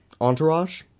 Entourage